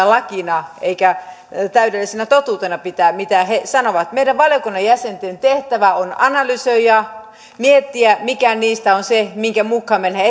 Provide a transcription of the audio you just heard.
lakina eikä täydellisenä totuutena pitää mitä he sanovat meidän valiokunnan jäsenten tehtävä on analysoida miettiä mikä niistä on se minkä mukaan mennään